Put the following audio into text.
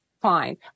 Fine